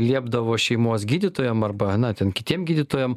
liepdavo šeimos gydytojam arba na ten kitiem gydytojam